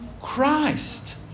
Christ